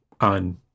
on